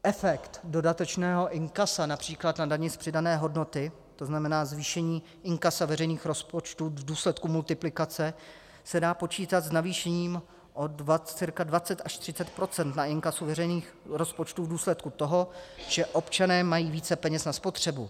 Efekt dodatečného inkasa například na dani z přidané hodnoty, to znamená, zvýšení inkasa veřejných rozpočtů v důsledku multiplikace, se dá počítat s navýšením o cca 20 až 30 % na inkasu veřejných rozpočtů v důsledku toho, že občané mají více peněz na spotřebu.